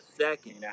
second